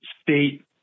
state